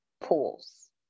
pools